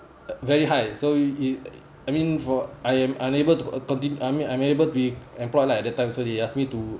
very high so you I mean for I am unable to conti~ I mean unable to be employed lah at that time so they ask me to